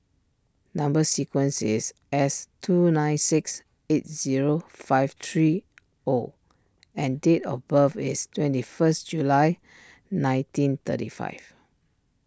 Number Sequence is S two nine six eight zero five three O and date of birth is twenty first July nineteen thirty five